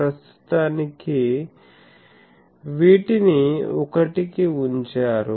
ప్రస్తుతానికి వీటిని 1 కి ఉంచారు